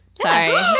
Sorry